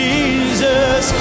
Jesus